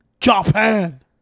Japan